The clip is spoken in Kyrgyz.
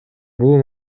бул